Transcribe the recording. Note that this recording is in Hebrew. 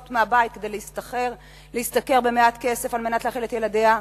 מהבית כדי להשתכר מעט כסף להאכיל את ילדיה,